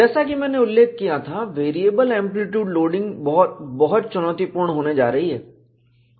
जैसा कि मैंने उल्लेख किया था वेरिएबल एंप्लीट्यूड लोडिंग बहुत बहुत चुनौतीपूर्ण होने जा रही है